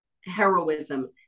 heroism